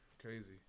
Crazy